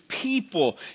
people